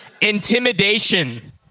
intimidation